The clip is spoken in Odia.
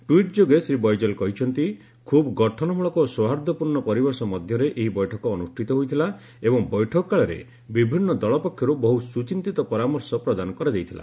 ଟ୍ୱିଟ୍ ଯୋଗେ ଶ୍ରୀ ବୈଜଲ କହିଛନ୍ତି ଖୁବ୍ ଗଠନମୂଳକ ଓ ସୌହାର୍ଦ୍ଦ୍ୟପୂର୍ଣ୍ଣ ପରିବେଶ ମଧ୍ୟରେ ଏହି ବୈଠକ ଅନୁଷ୍ଠିତ ହୋଇଥିଲା ଏବଂ ବୈଠକ କାଳରେ ବିଭିନ୍ନ ଦଳପକ୍ଷରୁ ବହୁ ସୁଚିନ୍ତିତ ପରାମର୍ଶ ପ୍ରଦାନ କରାଯାଇଥିଲା